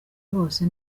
hose